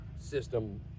system